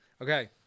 Okay